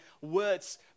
words